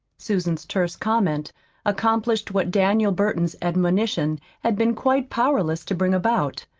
susan's terse comment accomplished what daniel burton's admonition had been quite powerless to bring about.